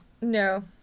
No